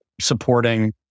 supporting